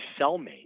cellmate